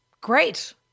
great